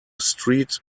street